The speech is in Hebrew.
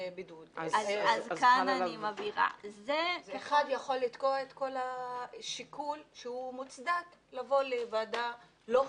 אחד יכול לתקוע את כל השיקול שהוא מוצדק לבוא לוועדה לא חזותית.